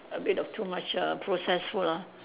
a bit of too much uh processed food ah